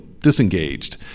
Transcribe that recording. disengaged